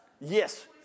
Yes